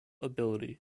ability